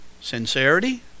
sincerity